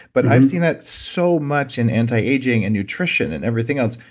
but i've seen that so much in anti-aging and nutrition and everything else.